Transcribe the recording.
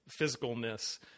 physicalness